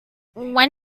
when